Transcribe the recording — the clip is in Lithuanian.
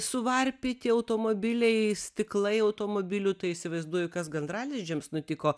suvarpyti automobiliai stiklai automobilių tai įsivaizduoju kas gandralizdžiams nutiko